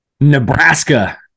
Nebraska